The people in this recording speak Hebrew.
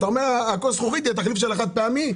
אתה אומר שכוס הזכוכית היא התחליף של החד-פעמי,